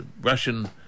Russian